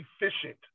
efficient